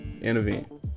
Intervene